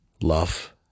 Love